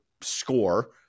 score